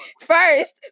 First